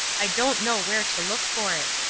i don't know where to look for it.